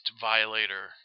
violator